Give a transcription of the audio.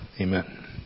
amen